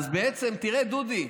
אז בעצם תראה, דודי,